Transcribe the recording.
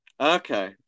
Okay